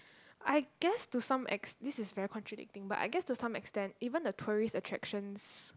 I guess to some ex this is very contradicting but I guess to some extent even the tourist attractions